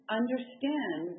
understand